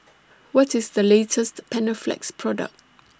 What IS The latest Panaflex Product